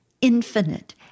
infinite